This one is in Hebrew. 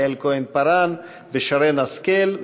יעל כהן-פארן ושרן השכל,